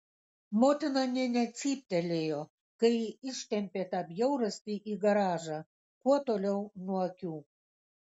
motina nė necyptelėjo kai ji ištempė tą bjaurastį į garažą kuo toliau nuo akių